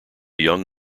young